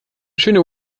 schöne